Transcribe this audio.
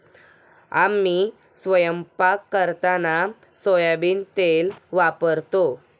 आम्ही स्वयंपाक करताना सोयाबीन तेल वापरतो